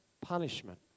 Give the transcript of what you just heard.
punishment